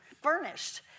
furnished